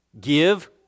give